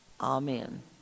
Amen